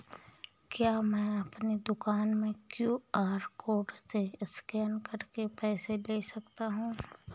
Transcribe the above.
क्या मैं अपनी दुकान में क्यू.आर कोड से स्कैन करके पैसे ले सकता हूँ?